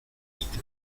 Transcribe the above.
este